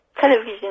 television